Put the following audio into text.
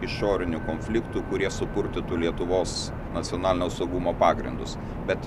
išorinių konfliktų kurie supurtytų lietuvos nacionalinio saugumo pagrindus bet